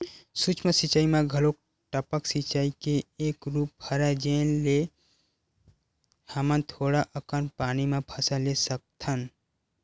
सूक्ष्म सिचई म घलोक टपक सिचई के एक रूप हरय जेन ले हमन थोड़ा अकन पानी म फसल ले सकथन